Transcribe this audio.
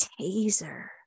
taser